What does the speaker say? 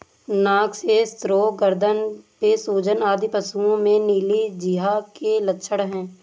नाक से स्राव, गर्दन में सूजन आदि पशुओं में नीली जिह्वा के लक्षण हैं